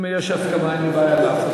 אם יש הסכמה אין לי בעיה.